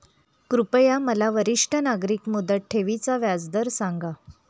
कृपया मला वरिष्ठ नागरिक मुदत ठेवी चा व्याजदर सांगा